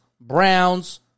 Browns